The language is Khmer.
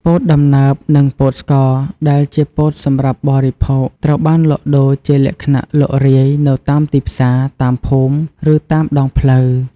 ពោតដំណើប និងពោតស្ករ ដែលជាពោតសម្រាប់បរិភោគ ត្រូវបានលក់ដូរជាលក្ខណៈលក់រាយនៅតាមទីផ្សារ តាមភូមិ ឬតាមដងផ្លូវ។